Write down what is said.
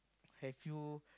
have you